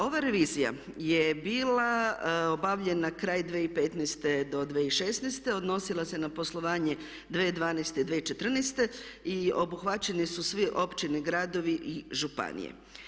Ova revizija je bila obavljena kraj 2015. do 2016., odnosila se na poslovanje 2012., 2014. i obuhvaćeni su sve općine, gradovi i županije.